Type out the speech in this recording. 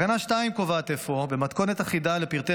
תקנה 2 קובעת אפוא מתכונת אחידה לפרטי